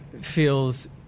feels